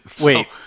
Wait